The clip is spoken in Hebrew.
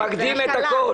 הוא מקדים את הכול.